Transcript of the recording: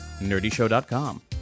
nerdyshow.com